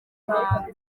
muhango